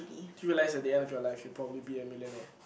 till you realized the end of your life you probably be a millionaire